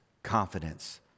confidence